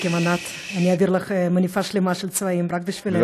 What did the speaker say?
אעביר לך מניפה שלמה של צבעים, רק בשבילך.